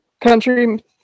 country